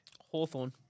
Hawthorne